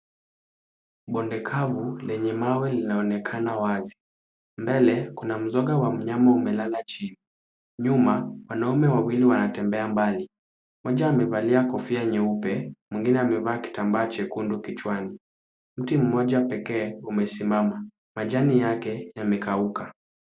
Bonde kavu lenye mawe linaonekana wazi. Mbele kuna mzoga wa mnyama umelala chini. Nyuma wanaume wawili wanatembea mbali. Mmoja amevalia kofia nyeupe mwingine amevaa kitambaa chekundu kichwani. Mti mmoja pekee umesimama, majani yake yamekauka.